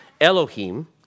Elohim